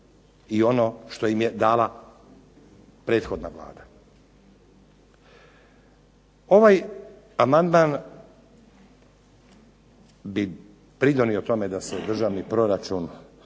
i ono što im je dala prethodna Vlada. Ovaj amandman bi pridonio tome da se državni proračun